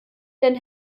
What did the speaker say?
denn